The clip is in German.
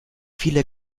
viele